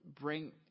bring